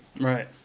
Right